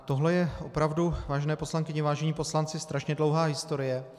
Tohle je opravdu, vážené poslankyně, vážení poslanci, strašně dlouhá historie.